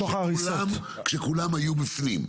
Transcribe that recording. כשכולם היו בפנים.